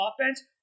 offense